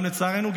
אולם לצערנו,